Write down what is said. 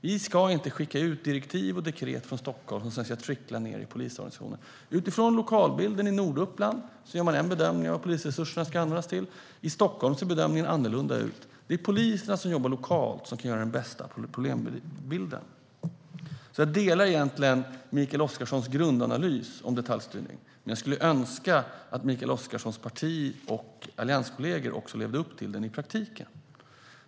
Vi ska inte skicka ut direktiv och dekret från Stockholm som sedan ska trickla ned i polisorganisationen. Utifrån lokalbilden i Norduppland gör man en bedömning av hur polisresurserna ska användas. I Stockholm ser bedömningen annorlunda ut. Det är poliserna som jobbar lokalt som kan ta fram den bästa problembilden. Jag instämmer egentligen i Mikael Oscarssons grundanalys om detaljstyrning, men jag skulle önska att Mikael Oscarssons parti och allianskollegor också levde upp till den i praktiken.